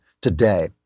today